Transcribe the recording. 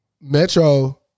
Metro